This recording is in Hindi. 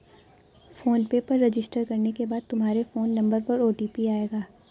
फोन पे पर रजिस्टर करने के बाद तुम्हारे फोन नंबर पर ओ.टी.पी आएगा